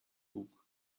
bug